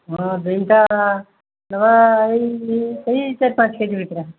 ହଁ ବିମ୍ଟା ନବା ଏଇ ସେଇ ଚାର ପାଞ୍ଚ କେ ଜି ଭିତରେ